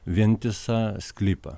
vientisą sklypą